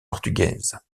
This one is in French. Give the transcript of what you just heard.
portugaises